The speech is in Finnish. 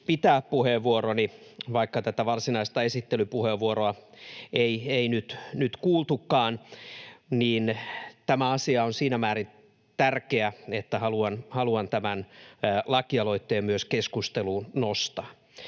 pitää puheenvuoroni, vaikka tätä varsinaista esittelypuheenvuoroa ei nyt kuultukaan. Tämä asia on siinä määrin tärkeä, että haluan tämän laki-aloitteen myös keskusteluun nostaa.